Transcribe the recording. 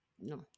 no